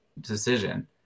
decision